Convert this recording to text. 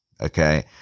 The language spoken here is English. okay